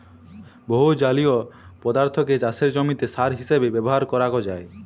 বহু জলীয় পদার্থকে চাসের জমিতে সার হিসেবে ব্যবহার করাক যায়